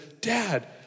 Dad